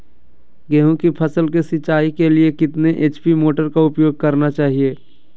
गेंहू की फसल के सिंचाई के लिए कितने एच.पी मोटर का उपयोग करना चाहिए?